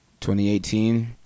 2018